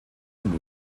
hwnnw